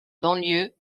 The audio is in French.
banlieue